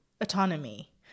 autonomy